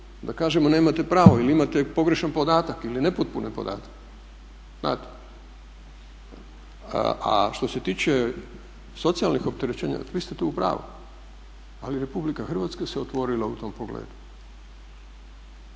da kažemo nemate pravo ili imate pogrešan podatak ili nepotpune podatke. A što se tiče socijalnih opterećenja, vi ste tu u pravu, ali RH se otvorila u tom pogledu